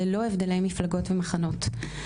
ללא הבדלי מפלגות ומחנות.